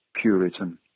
Puritan